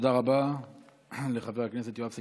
תודה רבה לחבר הכנסת יואב סגלוביץ'.